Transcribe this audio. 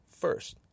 first